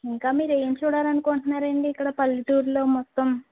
ఇంకా మీరు ఏం చూడాలి అనుకుంటున్నారండి ఇక్కడ పల్లెటూర్లో మొత్తం